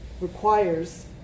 requires